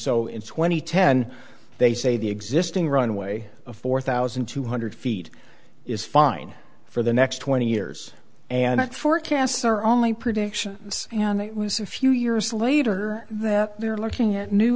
and ten they say the existing runway of four thousand two hundred feet is fine for the next twenty years and it forecasts are only predictions and it was a few years later that they're looking at new